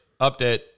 update